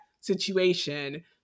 situation